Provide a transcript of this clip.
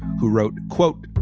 who wrote, quote,